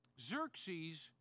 Xerxes